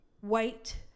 white